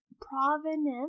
provenance